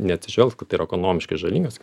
neatsižvelgs kad tai yra ekonomiškai žalingas